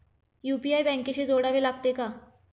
UPI बँकेशी जोडावे लागते का?